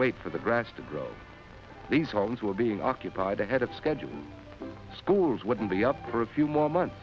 wait for the grass to grow these homes were being occupied ahead of schedule schools wouldn't be up for a few more months